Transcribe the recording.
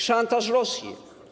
Szantaż Rosji.